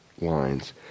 lines